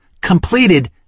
completed